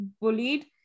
bullied